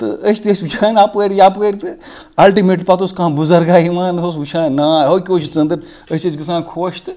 تہٕ أسۍ تہِ ٲسۍ وٕچھان اَپٲری یپٲرۍ تہٕ اَلٹِمیٹلی پتہٕ اوس کانٛہہ کانٛہہ بُزرگا یِوان سُہ اوس وٕچھان نا ہوکہِ ہو چھُ ژنٛدٕر أسۍ ٲسۍ گَژھان خۄش تہٕ